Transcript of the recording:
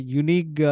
unique